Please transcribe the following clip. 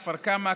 כפר כמא,